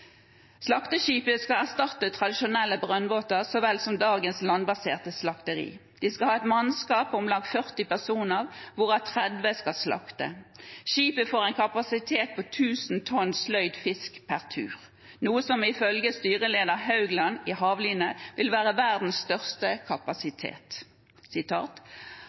skal erstatte tradisjonelle brønnbåter så vel som dagens landbaserte slakteri. De skal ha et mannskap på om lag 40 personer, hvorav 30 skal slakte. Skipet får en kapasitet på 1 000 tonn sløyd fisk per tur, noe som ifølge styreleder Haugland i Hav Line vil være verdens største kapasitet.